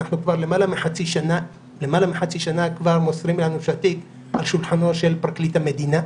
כבר למעלה מחצי שנה מוסרים לנו שהתיק על שולחנו של פרקליט המדינה.